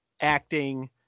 acting